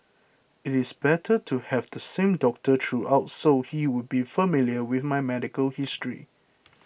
it is better to have the same doctor throughout so he would be familiar with my medical history